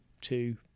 two